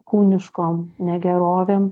kūniškom negerovėm